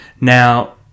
Now